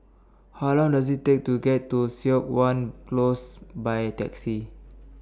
How Long Does IT Take to get to Siok Wan Close By Taxi